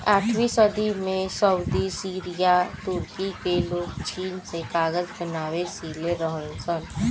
आठवीं सदी में सऊदी, सीरिया, तुर्की कअ लोग चीन से कागज बनावे सिले रहलन सन